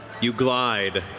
you glide.